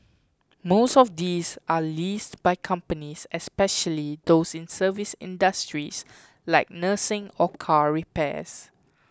most of these are leased by companies especially those in service industries like nursing or car repairs